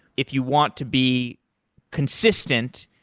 if you want to be consistent,